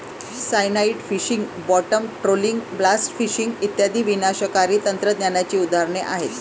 cyanide fishing, bottom trawling, blast fishing इत्यादी विनाशकारी तंत्रज्ञानाची उदाहरणे आहेत